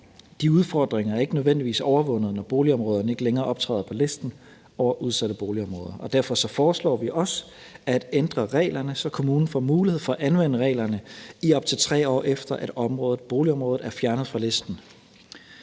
de udfordringer er ikke nødvendigvis overvundet, når boligområderne ikke længere optræder på listen over udsatte boligområder. Derfor foreslår vi også at ændre reglerne, så kommunen får mulighed for at anvende reglerne i op til 3 år, efter at boligområdet er fjernet fra listen.